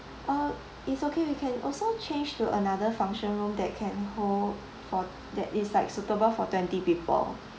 uh it's okay we can also change to another function room that can hold for that is like suitable for twenty people